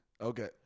Okay